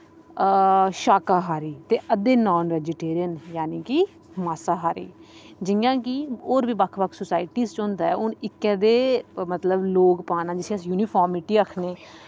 शाकाहारी ते अद्धे नान वेजीटेरियन जाने की मासांहारी जियां की होर बी बक्ख बक्ख सोसाईटी च होंदा ऐ हून इकै देह् लोक पाना मतलब जिस्सी अस युनिफार्मिटी आक्खने